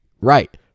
Right